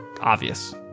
Obvious